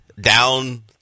Down